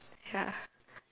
ya